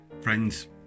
Friends